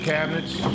Cabinets